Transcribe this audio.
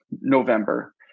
November